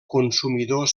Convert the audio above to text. consumidor